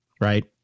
right